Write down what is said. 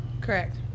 correct